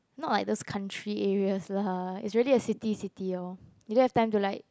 not like those country areas lah it's really a city city lor you don't to have time to like